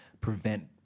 prevent